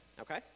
Okay